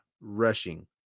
rushing